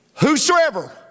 Whosoever